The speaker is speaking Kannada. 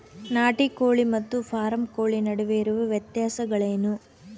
ನಾಟಿ ಕೋಳಿ ಮತ್ತು ಫಾರಂ ಕೋಳಿ ನಡುವೆ ಇರುವ ವ್ಯತ್ಯಾಸಗಳೇನು?